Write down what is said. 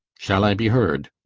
shall i be heard?